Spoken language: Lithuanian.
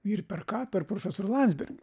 ir per ką per profesorių landsbergį